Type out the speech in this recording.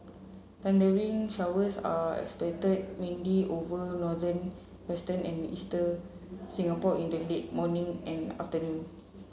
thundery showers are expected mainly over northern western and eastern Singapore in the late morning and afternoon